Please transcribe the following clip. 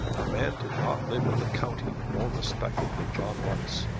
a man did not live in the county more respected than john runce,